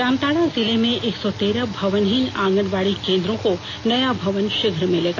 जामताड़ा जिले में एक सौ तेरह भवनहीन आंगनबाड़ी केन्द्रों को नया भवन शीघ्र मिलेगा